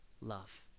love